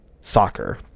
soccer